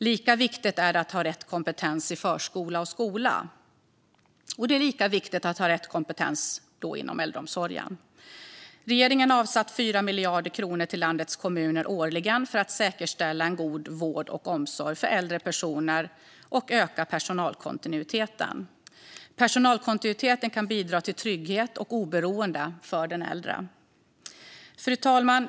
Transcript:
Lika viktigt som det är att ha rätt kompetens i förskola och skola är det att ha rätt kompetens i äldreomsorgen. Regeringen har avsatt 4 miljarder kronor till landets kommuner årligen för att säkerställa god vård och omsorg för äldre personer och öka personalkontinuiteten. Personalkontinuiteten kan bidra till trygghet och oberoende för den äldre. Fru talman!